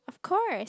of course